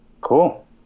Cool